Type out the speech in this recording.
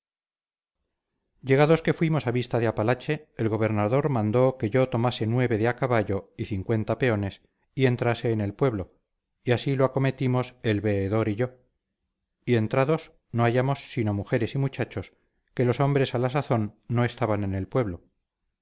llegados que fuimos a vista de apalache el gobernador mandó que yo tomase nueve de a caballo y cincuenta peones y entrase en el pueblo y así lo acometimos el veedor y yo y entrados no hallamos sino mujeres y muchachos que los hombres a la sazón no estaban en el pueblo